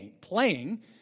playing